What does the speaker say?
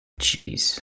Jeez